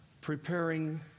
preparing